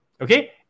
okay